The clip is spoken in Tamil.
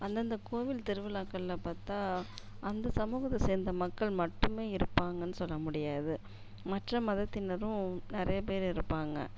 அந்தந்த கோவில் திருவிழாக்களில் பார்த்தா அந்த சமூகத்தை சேர்ந்த மக்கள் மட்டுமே இருப்பாங்கன்னு சொல்ல முடியாது மற்ற மதத்தினரும் நிறைய பேர் இருப்பாங்க